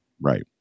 Right